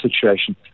situation